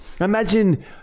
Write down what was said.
Imagine